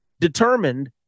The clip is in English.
determined